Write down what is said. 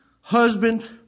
husband